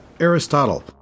Aristotle